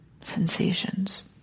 sensations